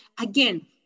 Again